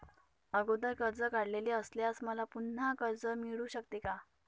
अगोदर कर्ज काढलेले असल्यास मला पुन्हा कर्ज मिळू शकते का?